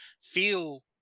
feel